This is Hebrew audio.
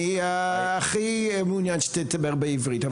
אני הכי מעוניין שתדבר בעברית.